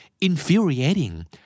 infuriating